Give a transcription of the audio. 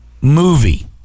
Movie